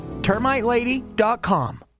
termitelady.com